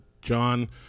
John